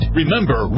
remember